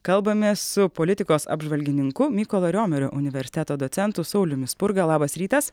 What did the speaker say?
kalbamės su politikos apžvalgininku mykolo romerio universiteto docentu sauliumi spurga labas rytas